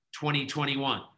2021